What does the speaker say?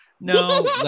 no